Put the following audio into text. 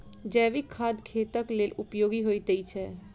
जैविक खाद खेतक लेल उपयोगी होइत छै